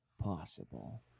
possible